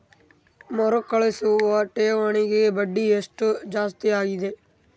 ಮರುಕಳಿಸುವ ಠೇವಣಿಗೆ ಬಡ್ಡಿ ಎಷ್ಟ ಜಾಸ್ತಿ ಆಗೆದ?